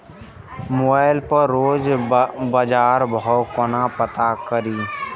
Mobile पर रोज बजार भाव कोना पता करि?